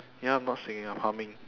ya I'm not singing I'm humming